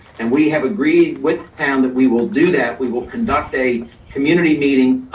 and we have agreed with pam that we will do that. we will conduct a community meeting,